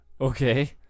Okay